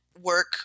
work